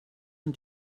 man